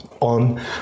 on